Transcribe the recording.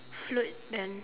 float and